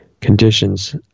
conditions